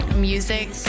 Music